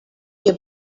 que